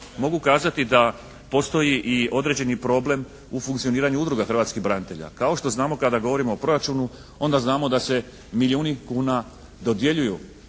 mogu kazati da postoji i određeni problem u funkcioniranju udruga Hrvatskih branitelja, kao što znamo kada govorimo o proračunu onda znamo da se milijuni kuna dodjeljuju